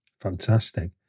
Fantastic